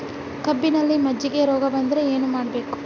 ಕಬ್ಬಿನಲ್ಲಿ ಮಜ್ಜಿಗೆ ರೋಗ ಬಂದರೆ ಏನು ಮಾಡಬೇಕು?